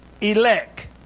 Elect